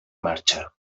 marxa